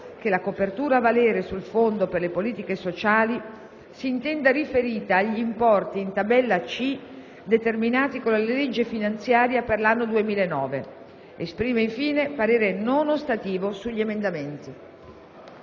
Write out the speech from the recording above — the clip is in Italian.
che la copertura a valere sul Fondo per le politiche sociali si intenda riferita agli importi in tabella C determinati con la legge finanziaria per l'anno 2009. Esprime, infine, parere non ostativo sugli emendamenti».